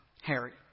Harry